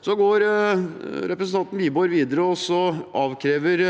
Så går representanten Wiborg videre og avkrever